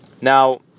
Now